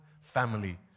family